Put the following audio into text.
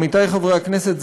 עמיתי חברי הכנסת,